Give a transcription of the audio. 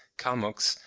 kalmucks,